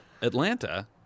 Atlanta